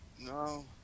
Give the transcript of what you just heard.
No